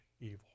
evil